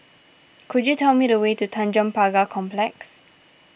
could you tell me the way to Tanjong Pagar Complex